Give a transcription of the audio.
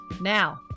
Now